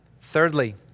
Thirdly